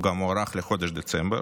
הוא גם הוארך לחודש דצמבר.